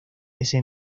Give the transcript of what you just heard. ese